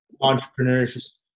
entrepreneurs